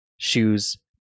Shoes